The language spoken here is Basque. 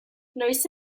noiz